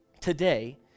today